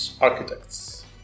architects